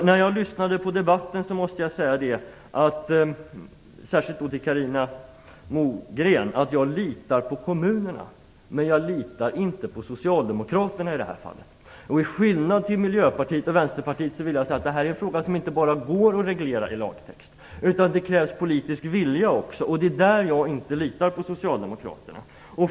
Efter att ha lyssnat på debatten vill jag särskilt till Carina Moberg säga att jag litar på kommunerna, men jag litar i det här fallet inte på Socialdemokraterna. Till skillnad från Miljöpartiet och Vänsterpartiet vill jag säga att det här är en fråga som inte bara går att reglera i lagtext - det krävs politisk vilja också, och det är där jag inte litar på Socialdemokraterna.